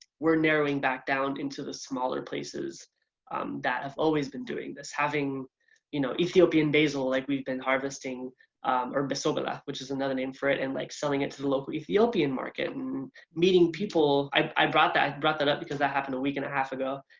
we're narrowing back down into the smaller places that have always been doing this. having you know ethiopian basil like we've been harvesting or besobela which is another name for it, and like selling it to the local ethiopian market and meeting people. i brought that brought that up because that happened a week and a half ago,